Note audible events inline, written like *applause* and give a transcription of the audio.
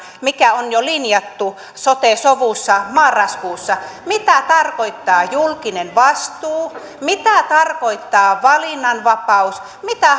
mikä on jo linjattu sote sovussa marraskuussa mitä tarkoittaa julkinen vastuu mitä tarkoittaa valinnanvapaus mitä *unintelligible*